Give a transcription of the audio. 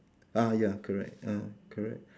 ah ya correct ah correct